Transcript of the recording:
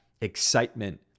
excitement